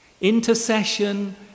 Intercession